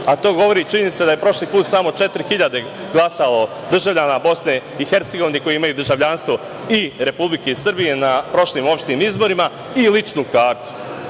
a to govori činjenica da je prošli put samo 4.000 glasalo državljana Bosne i Hercegovine koji imaju državljanstvo i Republike Srbije na prošlim opštim izborima i ličnu kartu. Da